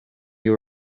you